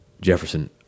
Jefferson